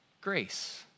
grace